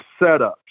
setups